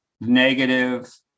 negative